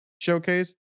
showcase